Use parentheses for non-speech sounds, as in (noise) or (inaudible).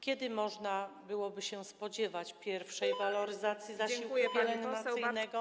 Kiedy można byłoby się spodziewać pierwszej (noise) waloryzacji zasiłku pielęgnacyjnego.